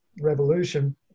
revolution